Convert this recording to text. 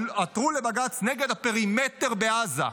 עתרו לבג"ץ נגד הפרימטר בעזה.